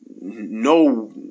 no